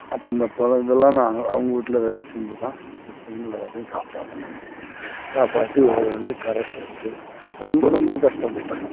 அப்புறோம் இந்த பழங்கள்லாம் நாங்கள் அவங்க வீட்டில் வேலை செஞ்சு தான் இந்த பிள்ளைங்கள எல்லாத்தையும் காப்பாத்துனேங்க காப்பாற்றி உ அதை வந்து கரை சேர்த்து ரொம்ப ரொம்ப கஸ்டப்பட்டேங்க